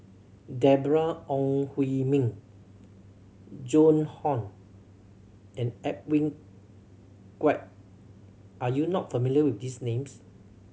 Deborah Ong Hui Min Joan Hon and Edwin Koek are you not familiar with these names